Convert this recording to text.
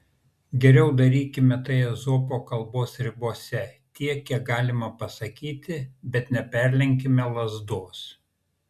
geriau darykime tai ezopo kalbos ribose tiek kiek galima pasakyti bet neperlenkime lazdos